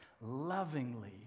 lovingly